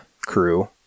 crew